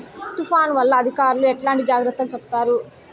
తుఫాను వల్ల అధికారులు ఎట్లాంటి జాగ్రత్తలు చెప్తారు?